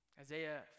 Isaiah